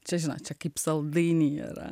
čia žinote kaip saldainiai yra